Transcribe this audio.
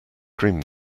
cream